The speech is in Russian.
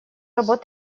работа